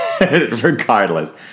Regardless